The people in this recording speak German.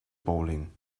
bowling